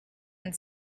and